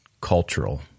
cultural